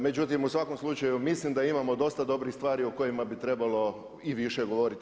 Međutim, u svakom slučaju mislim da imamo dosta dobrih stvari o kojima bi trebalo i više govoriti.